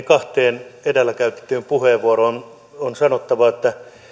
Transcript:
kahteen edellä käytettyyn puheenvuoroon on sanottava että